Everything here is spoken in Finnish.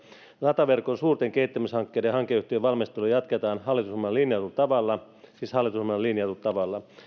rataverkon suurten kehittämishankkeiden hankeyhtiön valmistelua jatketaan hallitusohjelmaan linjatulla tavalla siis hallitusohjelmaan linjatulla tavalla